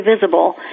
visible